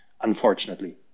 Unfortunately